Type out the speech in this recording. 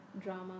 drama